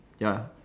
ya